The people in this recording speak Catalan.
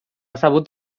sabut